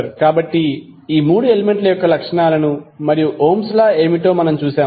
కాబట్టి ఈ 3 ఎలిమెంట్ ల యొక్క లక్షణాలను మరియు ఓమ్స్ లా Ohms law ఏమిటో కూడా చూశాము